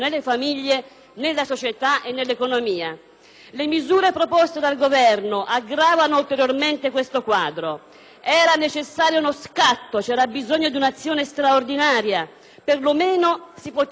Le misure proposte dal Governo aggravano ulteriormente questo quadro. Era necessario uno scatto, c'era bisogno di un'azione straordinaria. Perlomeno si potevano mantenere i fondi deliberati dal Governo Prodi: